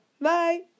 Bye